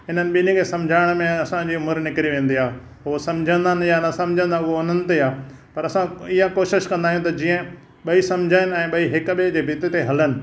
इन्हनि ॿिन्ही खे सम्झाइण में असांजी उमिरि निकिरी वेंदी आहे उहो सम्झंदा आहिनि या न सम्झंदा उहो उन्हनि ते आहे पर असां इहा कोशिशि कंदा आहियूं त जीअं ॿई सम्झनि ऐं ॿई हिक ॿिए जे मत ते हलनि